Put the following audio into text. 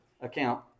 account